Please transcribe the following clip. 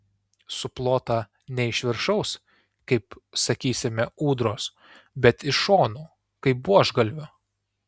suplota ne iš viršaus kaip sakysime ūdros bet iš šonų kaip buožgalvio